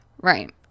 right